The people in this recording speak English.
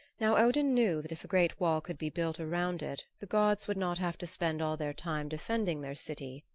now odin knew that if a great wall could be built around it the gods would not have to spend all their time defending their city,